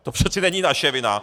To přece není naše vina!